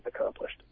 accomplished